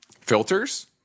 filters